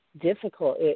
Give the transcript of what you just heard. difficult